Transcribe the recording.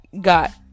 got